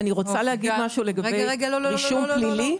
אני רוצה להגיד משהו לגבי רישום פלילי.